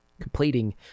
completing